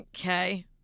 okay